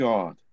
God